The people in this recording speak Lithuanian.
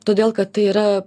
todėl kad tai yra